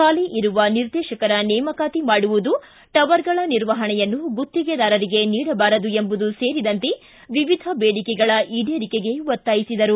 ಬಾಲಿ ಇರುವ ನಿರ್ದೇಶಕರ ನೇಮಕಾತಿ ಮಾಡುವುದು ಟವರ್ಗಳ ನಿರ್ವಹಣೆಯನ್ನು ಗುತ್ತಿಗೆದಾರರಿಗೆ ನೀಡಬಾರದು ಎಂಬುದು ಸೇರಿದಂತೆ ವಿವಿಧ ಬೇಡಿಕೆಗಳ ಈಡೇರಿಕೆಗೆ ಒತ್ತಾಯಿಸಿದರು